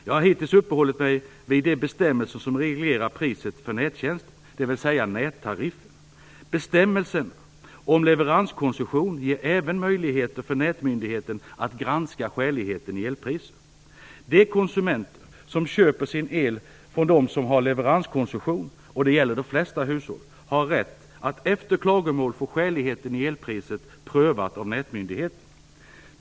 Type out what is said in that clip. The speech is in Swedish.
Jag har hittills uppehållit mig vid de bestämmelser som reglerar priset för nättjänsten, dvs. nättariffen. Bestämmelserna om leveranskoncession ger även möjligheter för Nätmyndigheten att granska skäligheten i elpriser. De konsumenter som köper sin el från den som har leveranskoncession - och det gäller de flesta hushåll - har rätt att, efter klagomål, få skäligheten i elpriset prövad av Nätmyndigheten.